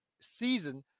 season